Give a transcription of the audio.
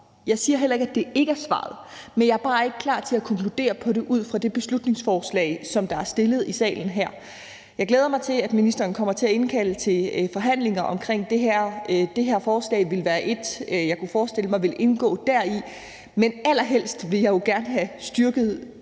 Jeg siger heller ikke, at den ikke er svaret, men jeg er bare ikke klar til at konkludere på det ud fra det beslutningsforslag, som er fremsat i salen her. Jeg glæder mig til, at ministeren kommer til at indkalde til forhandlinger omkring det her. Det her forslag ville være et, jeg kunne forestille mig ville indgå deri. Men allerhelst ville jeg jo gerne have styrket